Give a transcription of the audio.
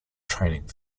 training